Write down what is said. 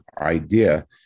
idea